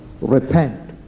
repent